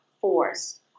force